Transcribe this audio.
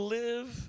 live